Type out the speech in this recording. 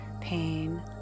pain